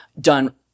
done